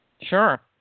Sure